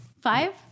Five